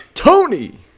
Tony